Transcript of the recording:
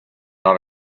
not